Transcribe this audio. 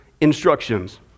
instructions